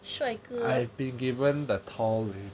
帅哥